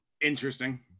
interesting